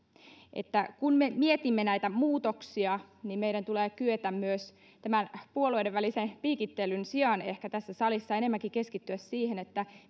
kun me mietimme näitä muutoksia niin meidän tulee kyetä tässä salissa tämän puolueiden välisen piikittelyn sijaan ehkä enemmänkin keskittymään siihen